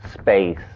space